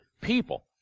people